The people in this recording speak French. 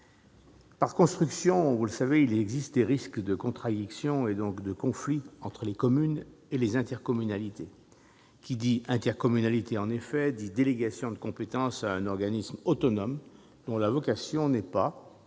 par construction, il existe des risques de contradiction et, donc, de conflit entre les communes et les intercommunalités. Car qui dit intercommunalité dit délégation de compétences à un organisme autonome dont la vocation n'est pas-